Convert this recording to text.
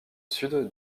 sud